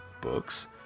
books